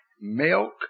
milk